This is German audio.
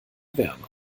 wärmer